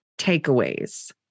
takeaways